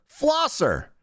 flosser